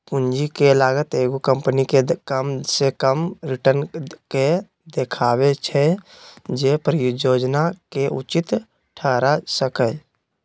पूंजी के लागत एगो कंपनी के कम से कम रिटर्न के देखबै छै जे परिजोजना के उचित ठहरा सकइ